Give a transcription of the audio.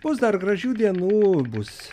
bus dar gražių dienų bus